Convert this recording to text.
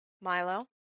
Milo